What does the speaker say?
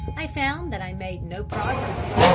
i found that i made no progress.